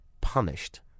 punished